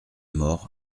mort